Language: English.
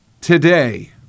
today